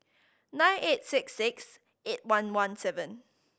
nine eight six six eight one one seven